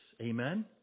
Amen